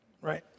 Right